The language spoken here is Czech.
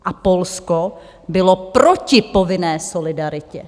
A Polsko bylo proti povinné solidaritě.